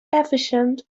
efficient